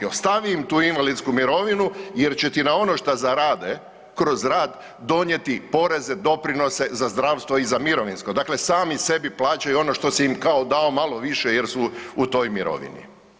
Ostavi im tu invalidsku mirovinu jer će ti na ono šta zarade kroz rad donijeti poreze, doprinose za zdravstvo i za mirovinsko, dakle sami sebi plaćaju ono što si im kao dao malo više jer su u toj mirovini.